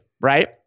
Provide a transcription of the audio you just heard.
right